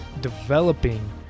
developing